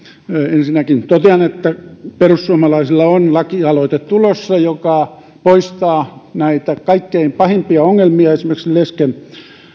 ensinnäkin totean että perussuomalaisilta on tulossa lakialoite joka poistaa kaikkein pahimpia ongelmia esimerkiksi lesken